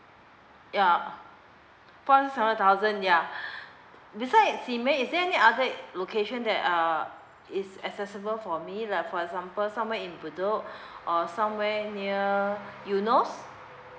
ya four hundred seven thousand yeah besides in simei is there any other location that uh is accessible for me like for example somewhere in bedok or somewhere near yunos